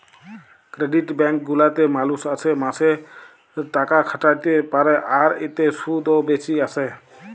credit bank গুলাতে মালুষ মাসে মাসে তাকাখাটাতে পারে, আর এতে শুধ ও বেশি আসে